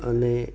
અને